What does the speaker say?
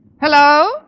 Hello